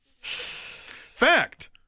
Fact